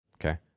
okay